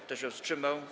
Kto się wstrzymał?